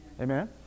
Amen